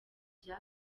bya